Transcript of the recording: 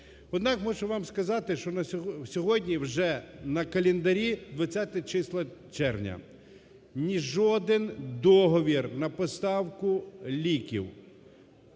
Однак, мушу вам сказати, що сьогодні вже на календарі двадцяті числа червня, жоден договір на поставку ліків